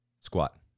squat